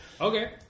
Okay